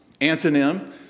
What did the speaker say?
antonym